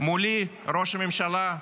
מולי, ראש הממשלה,